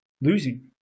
losing